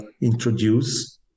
introduce